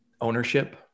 ownership